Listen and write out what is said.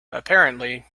apparently